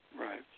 Right